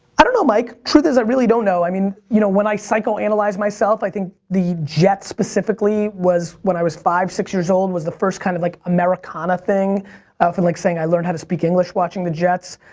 i don't know mike. truth is i really don't know. i mean you know when i psycho-analyze myself i think the jets specifically was when i was five, six years old was the first kind of like americana thing. i often like saying i learned how to speak english while watching the jets.